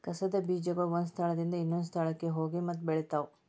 ಕಸದ ಬೇಜಗಳು ಒಂದ ಸ್ಥಳದಿಂದ ಇನ್ನೊಂದ ಸ್ಥಳಕ್ಕ ಹೋಗಿ ಮತ್ತ ಬೆಳಿತಾವ